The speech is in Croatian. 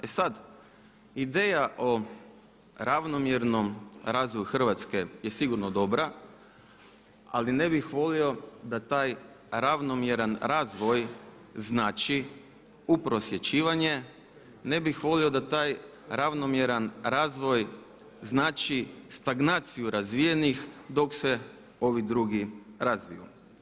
E sad, ideja o ravnomjernom razvoju Hrvatske je sigurno dobra ali ne bih volio da taj ravnomjeran razvoj znači uprosječivanje, ne bih volio da taj ravnomjeran razvoj znači stagnaciju razvijenih dok se ovi drugi razviju.